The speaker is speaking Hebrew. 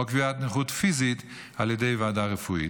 או קביעת נכות פיזית על ידי ועדה רפואית.